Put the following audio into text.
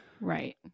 Right